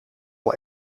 wel